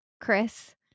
Chris